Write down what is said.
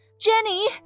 Jenny